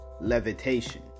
Levitation